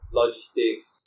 logistics